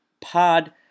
pod